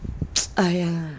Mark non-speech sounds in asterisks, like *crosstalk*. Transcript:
*breath* !aiya!